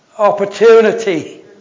opportunity